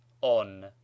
on